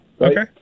Okay